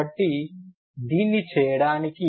కాబట్టి దీన్ని చేయడానికి